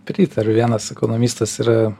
pritariu vienas ekonomistas yra